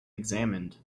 examined